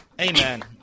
Amen